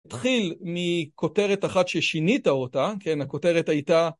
התחיל מכותרת אחת ששינית אותה, כן הכותרת הייתה